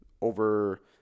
over